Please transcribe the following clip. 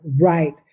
right